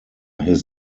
his